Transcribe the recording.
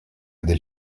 del